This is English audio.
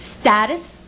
status